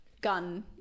gun